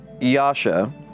Yasha